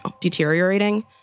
deteriorating